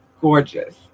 Gorgeous